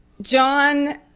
John